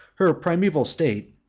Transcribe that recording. her primeval state,